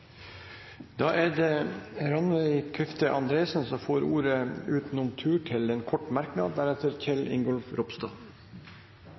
Da er det representanten Rannveig Kvifte Andresen, som får ordet utenom tur til en kort merknad,